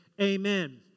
amen